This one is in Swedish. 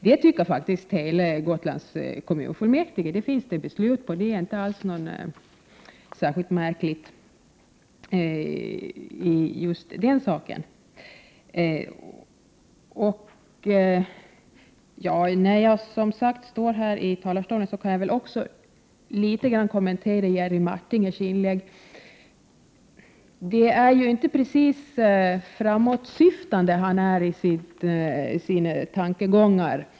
Det tycker faktiskt Gotlands hela kommunfullmäktige. På detta finns det beslut. Just det är inte alls särskilt märkligt. Eftersom jag står i talarstolen kan jag väl litet grand kommentera Jerry Martingers inlägg. Jerry Martinger är inte precis framåtsyftande i sina tankegångar.